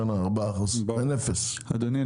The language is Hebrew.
אדוני,